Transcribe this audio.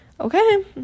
Okay